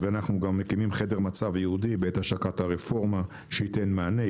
אנחנו גם מקימים חדר מצב ייעודי בעת השקת הרפורמה שייתן מענה,